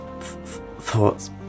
thoughts